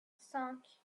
cinq